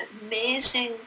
amazing